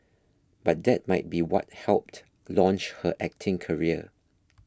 but that might be what helped launch her acting career